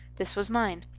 this was mine.